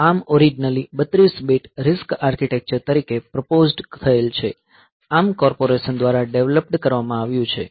આ ARM originally 32 bit RISC architecture તરીકે proposed થયેલ છે ARM કોર્પોરેશન દ્વારા ડેવલપ્ડ કરવામાં આવ્યું છે